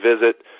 visit